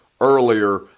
earlier